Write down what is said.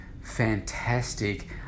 fantastic